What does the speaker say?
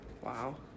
wow